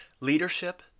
leadership